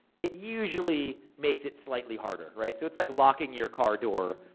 it usually makes it slightly harder, right? so, it's like locking your car door,